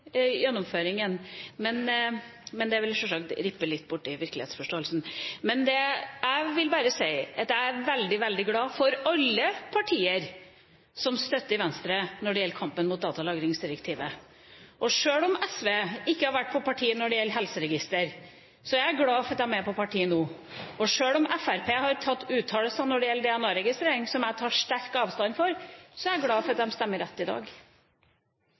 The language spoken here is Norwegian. gjennomføringen. Men det vil sjølsagt rippe litt borti virkelighetsforståelsen. Jeg vil bare si at jeg er veldig, veldig glad for alle partier som støtter Venstre når det gjelder kampen mot datalagringsdirektivet. Sjøl om SV ikke har vært på parti når det gjelder helseregister, er jeg glad for at de er på parti nå. Og sjøl om Fremskrittspartiet har hatt uttalelser når det gjelder DNA-registrering, som jeg tar sterk avstand fra, er jeg glad for at de stemmer rett i dag.